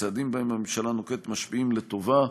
הצעדים שהממשלה נוקטת משפיעים לטובה,